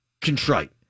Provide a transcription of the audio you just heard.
contrite